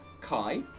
Kai